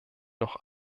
noch